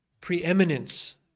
preeminence